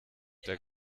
der